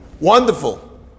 Wonderful